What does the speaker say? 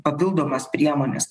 papildomas priemones